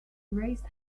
raised